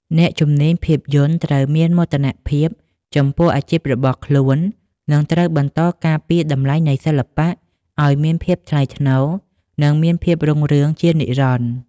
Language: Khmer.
អ្នកជំនាញភាពយន្តត្រូវមានមោទនភាពចំពោះអាជីពរបស់ខ្លួន និងត្រូវបន្តការពារតម្លៃនៃសិល្បៈ ឱ្យមានភាពថ្លៃថ្នូរ និងមានភាពរុងរឿងជានិរន្តរ៍។